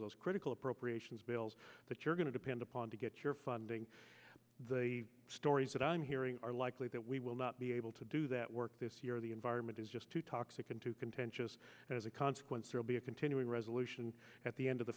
those critical appropriations bills that you're going to depend upon to get your funding the stories that i'm hearing are likely that we will not be able to do that work this year the environment is just too toxic and to contentious as a consequence there'll be a continuing resolution at the end of the